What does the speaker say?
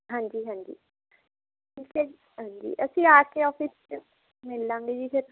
ਹਾਂਜੀ ਹਾਂਜੀ ਠੀਕ ਹੈ ਜੀ ਹਾਂਜੀ ਅਸੀਂ ਆ ਕੇ ਆਫਿਸ 'ਚ ਮਿਲ ਲਾਂਗੇ ਜੀ ਫਿਰ